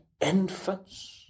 infants